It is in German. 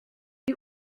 die